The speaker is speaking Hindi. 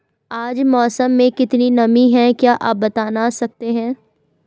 आज मौसम में कितनी नमी है क्या आप बताना सकते हैं?